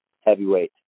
heavyweight